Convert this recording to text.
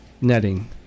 netting